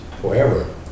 forever